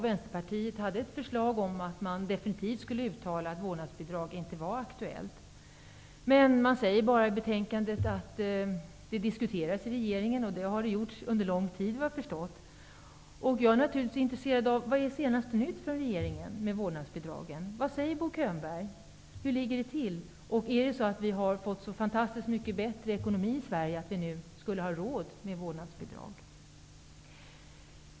Vänsterpartiet hade ett förslag om att man definitivt skulle uttala att det inte är aktuellt med vårdnadsbidrag. I betänkandet sägs bara att det diskuteras i regeringen. Jag har förstått att man har gjort så under lång tid. Jag är naturligtvis intresserad av vad som är senaste nytt från regeringen när det gäller vårdnadsbidragen. Vad säger Bo Könberg? Hur ligger det till? Har vi fått en så fantastiskt mycket bättre ekonomi i Sverige att vi nu har råd med vårdnadsbidrag?